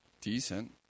decent